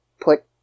Put